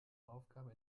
aufgaben